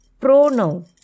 pronoun